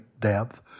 depth